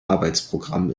arbeitsprogramm